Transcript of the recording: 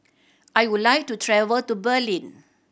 I would like to travel to Berlin